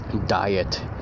diet